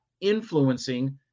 influencing